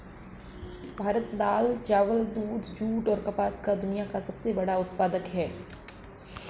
भारत दाल, चावल, दूध, जूट, और कपास का दुनिया का सबसे बड़ा उत्पादक है